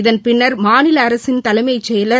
இதன் பின்னர் மாநில அரசின் தலைமை செயலர்